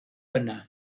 yna